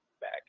back